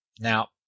Now